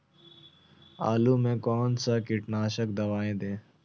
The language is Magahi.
आलू में कौन सा कीटनाशक दवाएं दे?